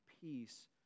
peace